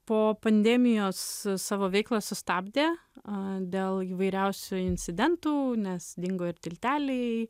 po pandemijos savo veiklą sustabdė a dėl įvairiausių incidentų nes dingo ir tilteliai